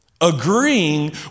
agreeing